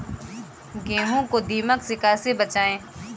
गेहूँ को दीमक से कैसे बचाएँ?